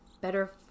better